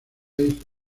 life